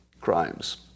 crimes